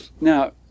Now